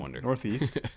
northeast